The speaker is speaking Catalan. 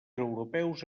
europeus